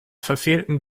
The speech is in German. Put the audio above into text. verfehlten